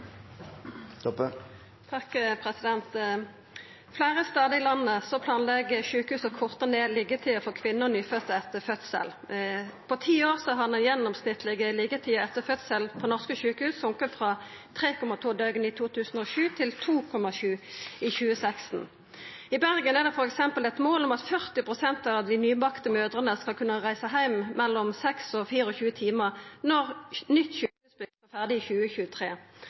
etter fødsel. På ti år har den gjennomsnittlege liggjetida etter fødsel på norske sjukehus sokke frå 3,2 døgn i 2007 til 2,7 døgn i 2016. I Bergen er det f.eks. eit mål om at 40 pst. av dei nybakte mødrene skal kunna reisa heim etter 6–24 timar når det nye sjukehuset er ferdig i 2023.